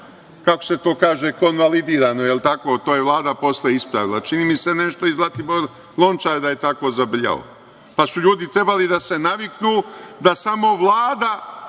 kako se to kaže, konvalidirano, da li je tako? To je Vlada posle ispravila. Čini mi se nešto da je i Zlatibor Lončar tako zabrljao, pa su ljudi trebali da se naviknu da samo Vlada